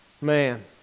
man